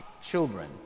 children